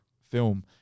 film